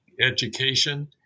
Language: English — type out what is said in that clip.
education